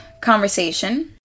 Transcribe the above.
conversation